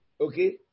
okay